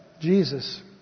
Jesus